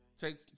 Take